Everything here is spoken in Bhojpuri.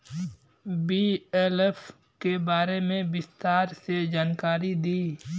बी.एल.एफ के बारे में विस्तार से जानकारी दी?